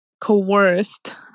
coerced